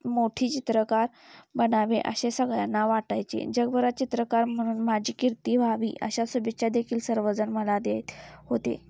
मोठी चित्रकार बनावे असे सगळ्यांना वाटायचे जगभरात चित्रकार म्हणून माझी कीर्ती व्हावी अशा शुभेच्छा देखील सर्वजण मला देत होते